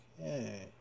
okay